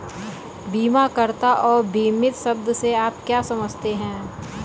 बीमाकर्ता और बीमित शब्द से आप क्या समझते हैं?